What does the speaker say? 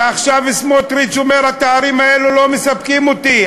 ועכשיו סמוטריץ אומר: התארים האלה לא מספקים אותי,